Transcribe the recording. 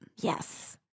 Yes